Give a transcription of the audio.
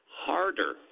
harder